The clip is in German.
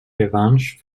revanche